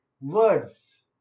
Words